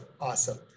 awesome